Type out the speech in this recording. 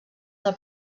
del